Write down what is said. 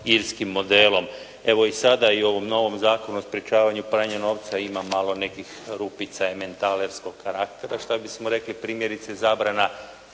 Irskim modelom. Evo i sada i u ovom novom Zakonu o sprečavanju i pranju novca ima malo nekih rupica ementalerskog karaktera, što bismo rekli primjerice zabrana